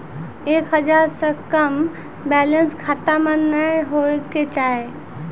एक हजार से कम बैलेंस खाता मे नैय होय के चाही